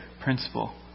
principle